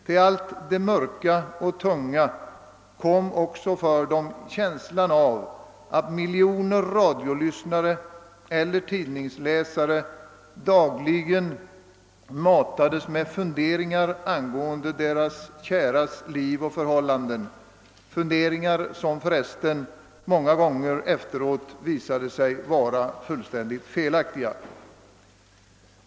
Till allt det mörka och tunga kom också känslan av att miljoner radiolyssnare eller tidningsläsare dagligen matades med funderingar över deras käras liv och förhållanden, funderingar som för resten senare många gånger visade sig vara fullständigt felaktiga.